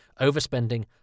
overspending